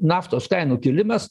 naftos kainų kilimas